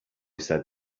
said